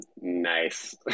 nice